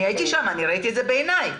הייתי שם וראיתי את זה בעיניי.